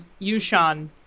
Yushan